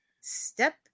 Step